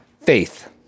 faith